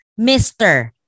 Mr